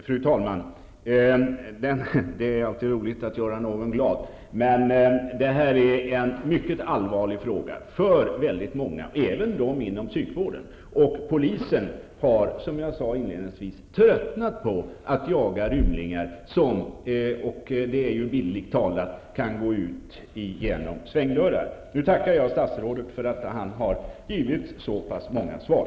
Fru talman! Det är alltid roligt att göra någon glad, men detta är en mycket allvarlig fråga för väldigt många, och även för dem inom psykvården. Polisen har, som jag inledningsvis sade, tröttnat på att jaga rymlingar som bildligt talat kan gå ut genom svängdörrar. Nu tackar jag statsrådet för att han givit så många svar.